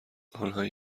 آنهایی